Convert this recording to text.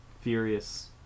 Furious